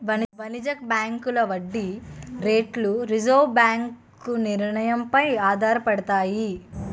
వాణిజ్య బ్యాంకుల వడ్డీ రేట్లు రిజర్వు బ్యాంకు నిర్ణయం పై ఆధారపడతాయి